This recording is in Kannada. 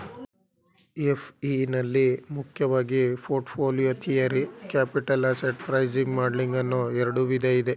ಎಫ್.ಇ ನಲ್ಲಿ ಮುಖ್ಯವಾಗಿ portfolio theory, capital asset pricing modelling ಅನ್ನೋ ಎರಡು ವಿಧ ಇದೆ